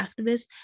activists